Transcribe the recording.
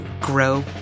grow